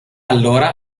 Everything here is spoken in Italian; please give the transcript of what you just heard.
allora